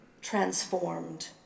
transformed